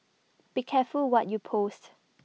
be careful what you post